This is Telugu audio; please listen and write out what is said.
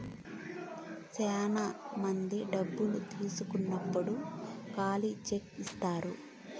శ్యానా మంది డబ్బు తీసుకున్నప్పుడు ఖాళీ చెక్ ఇత్తారు